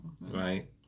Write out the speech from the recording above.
right